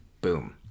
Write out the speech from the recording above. boom